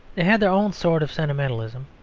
they had their own sort of sentimentalism.